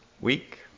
week